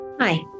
Hi